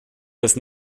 das